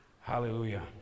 Hallelujah